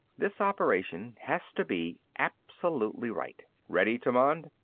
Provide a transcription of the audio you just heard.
this operation has to be absolutely right. ready, tammand?